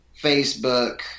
Facebook